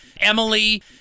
Emily